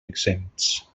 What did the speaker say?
exempts